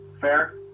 Fair